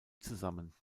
zusammen